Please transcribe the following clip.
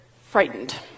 frightened